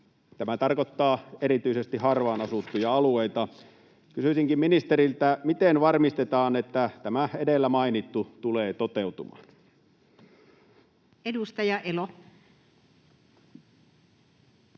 Tämä tarkoittaa erityisesti harvaan asuttuja alueita. Kysyisinkin ministeriltä: miten varmistetaan, että tämä edellä mainittu tulee toteutumaan? [Speech 20]